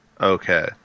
Okay